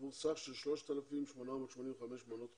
עבור סך של 3,885 מנות חודשיות.